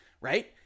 right